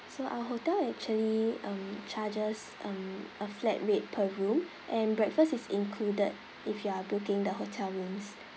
so our hotel actually um charges um a flat rate per room and breakfast is included if you are booking the hotel rooms